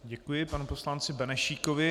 Děkuji panu poslanci Benešíkovi.